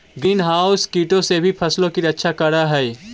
green house कीटों से भी फसलों की रक्षा करअ हई